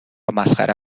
مسخره